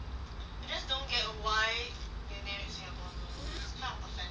I just don't get why they name it singapore noodles it's kind of offensive